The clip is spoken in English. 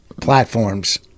platforms